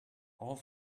all